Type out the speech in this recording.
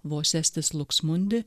vosestis luksmundi